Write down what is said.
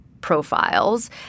profiles